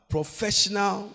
Professional